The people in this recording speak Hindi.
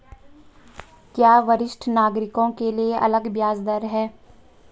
क्या वरिष्ठ नागरिकों के लिए अलग ब्याज दर है?